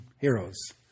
heroes